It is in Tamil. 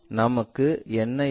நமக்கு என்ன இருக்கும்